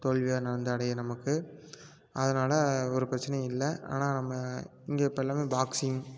தொழிலாக நான் வந்து அடைய நமக்கு அதனால ஒரு பிரச்சினையும் இல்லை ஆனால் நம்ம இங்கே இப்போ எல்லாமே பாக்சிங்